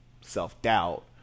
self-doubt